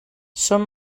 són